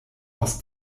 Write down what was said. aus